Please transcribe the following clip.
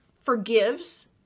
forgives